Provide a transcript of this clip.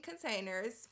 containers